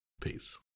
Peace